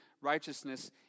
righteousness